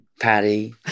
Patty